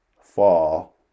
fall